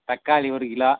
தக்காளி ஒரு கிலோ